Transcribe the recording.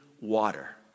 water